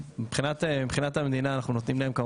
מבחינת המדינה אנחנו נותנים להם מה